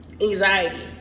anxiety